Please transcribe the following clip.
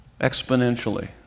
Exponentially